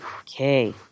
Okay